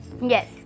Yes